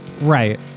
Right